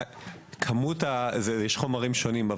יש חומרים שונים.